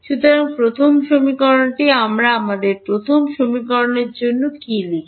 সুতরাং প্রথম সমীকরণটি আমরা আমাদের প্রথম সমীকরণের জন্য কী লিখি